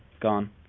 gone